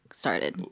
started